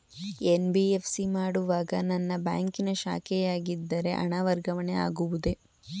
NBFC ಮಾಡುವಾಗ ನನ್ನ ಬ್ಯಾಂಕಿನ ಶಾಖೆಯಾಗಿದ್ದರೆ ಹಣ ವರ್ಗಾವಣೆ ಆಗುವುದೇ?